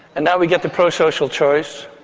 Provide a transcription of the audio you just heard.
and now we get the pro-social choice.